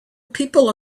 people